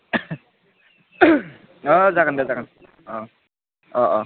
अ जागोन दे जागोन अ अ अ